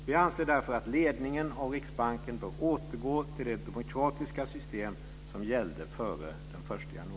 Vi anser därför att ledningen av Riksbanken bör återgå till det demokratiska system som gällde före den 1